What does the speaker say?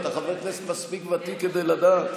אתה חבר כנסת מספיק ותיק כדי לדעת.